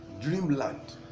Dreamland